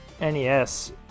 NES